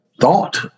thought